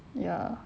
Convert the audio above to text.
ya